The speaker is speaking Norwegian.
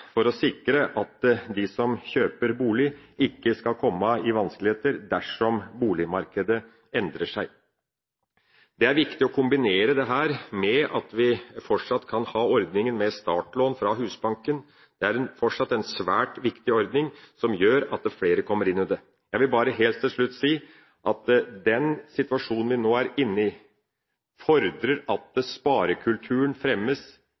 for å sikre at de som kjøper bolig, ikke skal komme i vanskeligheter dersom boligmarkedet endrer seg. Det er viktig å kombinere dette med at vi fortsatt skal ha ordninga med startlån fra Husbanken. Det er fortsatt en svært viktig ordning som gjør at flere kommer inn i boligmarkedet. Jeg vil bare helt til slutt si at den situasjonen vi nå er inne i, fordrer at sparekulturen fremmes